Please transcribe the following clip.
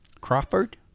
Crawford